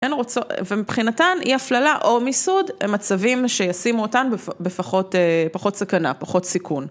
הן רוצות... ומבחינתן אי הפללה או מיסוד הם מצבים שישימו אותן בפחות סכנה, פחות סיכון.